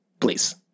please